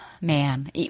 man